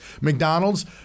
McDonald's